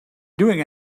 doing